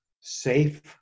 safe